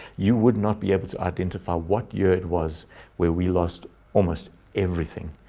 you would not be able to identify what year it was where we lost almost everything,